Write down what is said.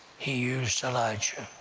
he used elijah